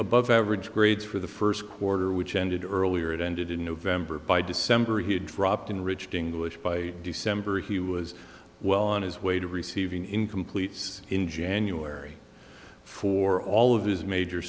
above average grades for the first quarter which ended earlier it ended in november by december he had dropped in ridged english by december he was well on his way to receiving in completes in january for all of his major